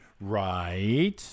Right